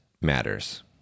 matters